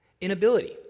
Inability